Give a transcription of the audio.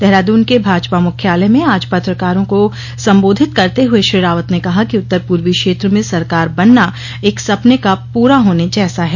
देहरादून के भाजपा मुख्यालय में आज पत्रकारों को सम्बोधित करते हुए श्री रावत ने कहा कि उत्तर पूर्वी क्षेत्र में सरकार बनना एक सपने का पूरा होने जैसा है